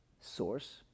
source